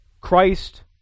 Christ